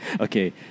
Okay